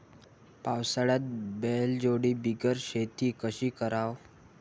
पावसाळ्यात बैलजोडी बिगर शेती कशी कराव?